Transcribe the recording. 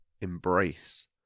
embrace